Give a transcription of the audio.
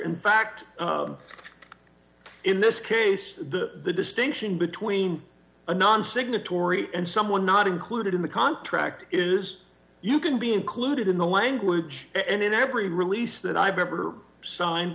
in fact in this case the distinction between a non signatory and someone not included in the contract is you can be included in the language and in every release that i've ever signed